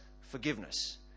forgiveness